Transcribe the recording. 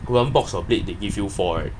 one box of blade they give you four right